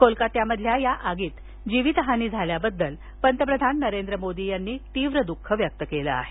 कोलकत्यातल्या या आगीत जीवित हानी झाल्याबद्दल पंतप्रधान नरेंद्र मोदी यांनी दुःख व्यक्त केलं आहे